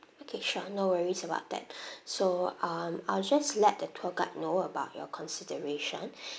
okay sure no worries about that so um I'll just let the tour guide know about your consideration